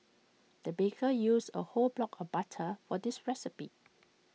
the baker used A whole block of butter for this recipe